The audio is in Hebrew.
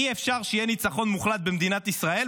אי-אפשר שיהיה ניצחון מוחלט במדינת ישראל,